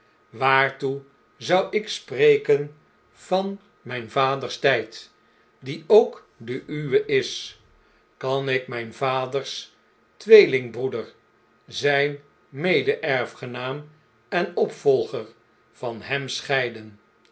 waartoe zou ik spreken van mn'n vaders tijd die ook de uwe is kan ik mn'n vaders tw'eelingbroeder zijn mede erfgenaam en opvolger van hem schei'den